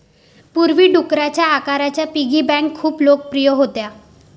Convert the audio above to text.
पूर्वी, डुकराच्या आकाराच्या पिगी बँका खूप लोकप्रिय होत्या